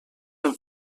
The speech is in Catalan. amb